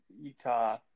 Utah